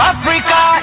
Africa